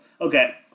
okay